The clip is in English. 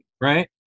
Right